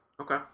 Okay